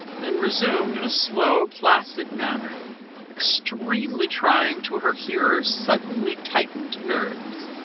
then resumed in a slow, placid manner extremely trying to her hearer's suddenly tightened nerves.